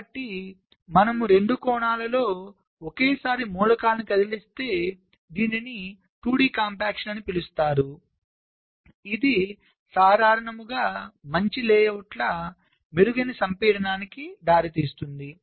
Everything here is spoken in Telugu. కాబట్టి మనము రెండు కోణాలలో ఒకేసారి మూలకాలను కదిలిస్తే దీనిని 2 డి కాంపాక్షన్ అని పిలుస్తారు ఇది సాధారణంగా మంచి లేఅవుట్ల మెరుగైన సంపీడనానికి దారితీస్తుంది